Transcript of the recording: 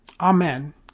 Amen